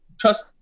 trust